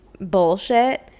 bullshit